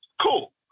Cool